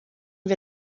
wir